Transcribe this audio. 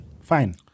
fine